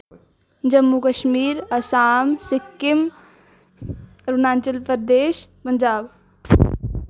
Jammu Kashmir Assam Sikkim Arunachal Pradesh Punjab